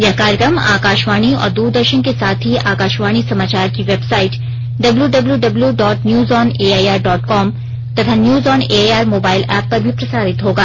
यह कार्यक्रम आकाशवाणी और द्रदर्शन के साथ ही आकाशवाणी समाचार की website W W W dot news on A I R dot com तथा news on A I R mobile app पर भी प्रसारित होगा